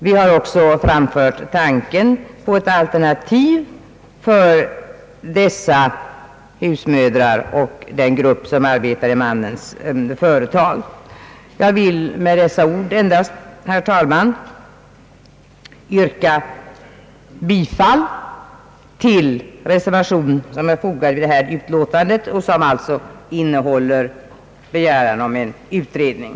Vi har även framfört tanken på ett alternativ för dessa husmödrar och de kvinnor som arbetar i mannens företag. Herr talman! Jag vill med dessa ord endast yrka bifall till den reservation som är fogad till detta utlåtande och som alltså innehåller en begäran om utredning.